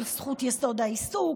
של זכות יסוד העיסוק,